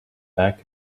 back